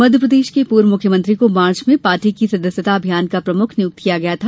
मध्यप्रदेश के पूर्व मुख्यमंत्री को मार्च में पार्टी की सदस्यता अभियान का प्रमुख नियुक्त किया गया था